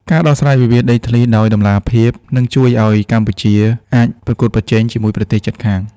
ការដោះស្រាយវិវាទដីធ្លីដោយតម្លាភាព នឹងជួយឱ្យកម្ពុជាអាចប្រកួតប្រជែងជាមួយប្រទេសជិតខាង។